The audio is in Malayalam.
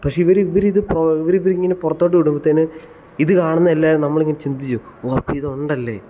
പക്ഷെ ഇവർ ഇവർ ഇത് ഇവർ ഇവർ ഇങ്ങനെ പുറത്തോട്ട് വിടുംബത്തേന് ഇത് കാണുന്ന എല്ലാവരും നമ്മളിങ്ങനെ ചിന്തിച്ച് പോകും ഉറപ്പ് ഇത് ഉണ്ടല്ലേ